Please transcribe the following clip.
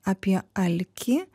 apie alkį